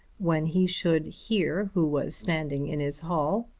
when he should hear who was standing in his hall.